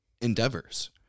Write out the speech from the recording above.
endeavors